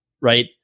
right